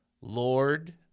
Lord